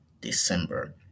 December